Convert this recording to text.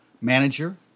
manager